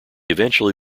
eventually